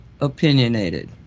opinionated